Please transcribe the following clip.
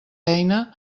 eina